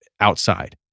outside